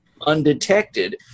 undetected